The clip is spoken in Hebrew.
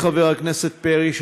חבר הכנסת פרי,